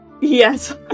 Yes